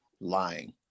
lying